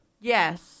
Yes